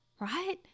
right